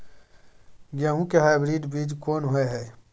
गेहूं के हाइब्रिड बीज कोन होय है?